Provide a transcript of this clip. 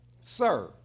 sir